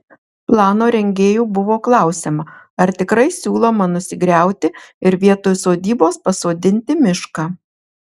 plano rengėjų buvo klausiama ar tikrai siūloma nusigriauti ir vietoj sodybos pasodinti mišką